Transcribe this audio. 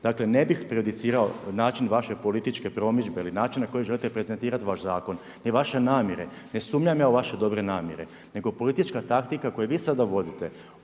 dakle ne bih prejudicirao način vaše političke promidžbe ili način na koji želite prezentirati vaš zakon ni vaše namjere, ne sumnjam ja u vaše dobre namjere nego politička taktika koju vi sada vodite,